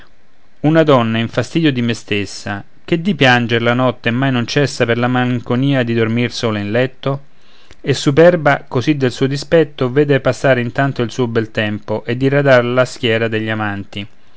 una donna in fastidio di me stessa che di pianger la notte mai non cessa per la malinconia di dormir sola in letto e superba così del suo dispetto vede passar intanto il suo bel tempo e diradar la schiera degli amanti